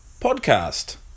podcast